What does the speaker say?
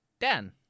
Dan